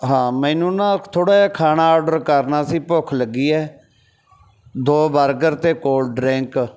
ਹਾਂ ਮੈਨੂੰ ਨਾ ਥੋੜ੍ਹਾ ਜਿਹਾ ਖਾਣਾ ਔਡਰ ਕਰਨਾ ਸੀ ਭੁੱਖ ਲੱਗੀ ਹੈ ਦੋ ਬਰਗਰ ਅਤੇ ਕੋਲਡ ਡਰਿੰਕ